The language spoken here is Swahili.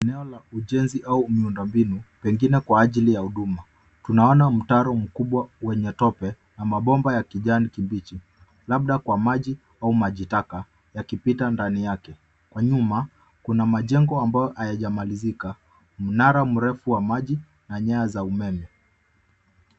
Eneo la ujenzi au miundombinu pengine kwa ajili ya huduma. Tunaona mtaro mkubwa wenye tope na mabomba ya kijani kibichi labda kwa maji au majitaka ikipita ndani yake. Kwa nyuma, kuna majengo ambayo hayajamalizika, mnara mrefu wa maji na nyaya za umeme.